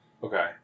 Okay